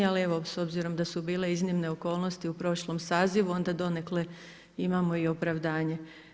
Ali evo s obzirom da su bile iznimne okolnosti u prošlom sazivu, onda donekle imamo i opravdanje.